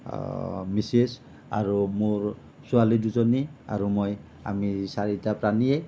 Mrs আৰু মোৰ ছোৱালী দুজনী আৰু মই আমি চাৰিটা প্ৰাণীয়ে